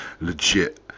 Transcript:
legit